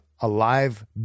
alive